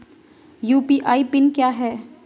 UPI pin क्या है?